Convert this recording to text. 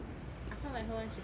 I quite like her eh she quite funny